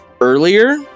earlier